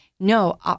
No